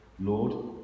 Lord